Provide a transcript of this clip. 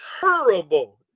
Terrible